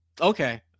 Okay